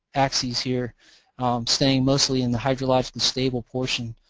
axes here staying mostly in the hydrologicly stable portion